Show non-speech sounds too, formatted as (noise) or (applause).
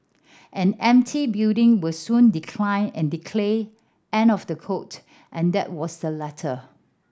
an empty building will soon decline and (unintelligible) end of the quote and that was the letter